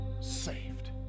saved